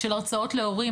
של הרצאות להורים,